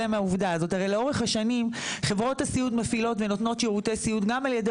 השאלה השנייה שנשאלה האם הכסף אכן משולם לעובדים,